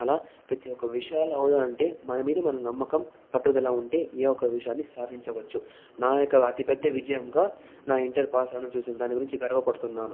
అలా ప్రతి ఒక్క విషయాలు అవగాలంటే మన మీద మనం నమ్మకం పట్టుదల ఉంటే ఏ ఒక్క విషయాన్ని సాధించవచ్చు నా యొక్క అతిపెద్ద విజయంగా నా ఇంటర్ పాస్ అవ్వడం చూశాను దాని గురించి గర్వపడుతున్నాను